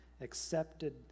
accepted